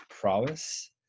prowess